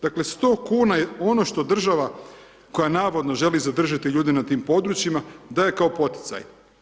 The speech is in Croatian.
Dakle 100 kuna je ono što država koja navodno želi zadržati ljude na tim područjima daje kao poticaj.